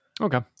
okay